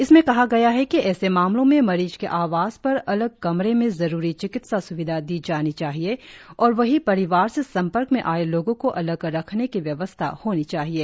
इसमें कहा गया है कि ऐसे मामलों में मरीज के आवास पर अलग कमरे में ज़रूरी चिकित्सा स्विधा दी जानी चाहिये और वहीं परिवार से संपर्क में आये लोगों को अलग रखने की व्यवस्था होनी चाहिये